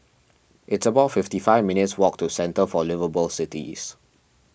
it's about fifty five minutes' walk to Centre for Liveable Cities